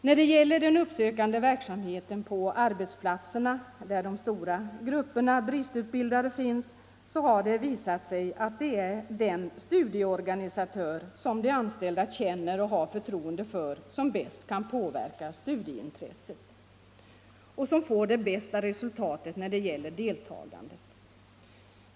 När det gäller den uppsökande verksamheten på arbetsplatserna, där de stora grupperna bristutbildade finns, så har det visat sig att det är den studieorganisatör som de anställda känner och har förtroende för som bäst kan påverka studieintresset och som får det bästa resultatet när det gäller deltagandet.